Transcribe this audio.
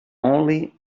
only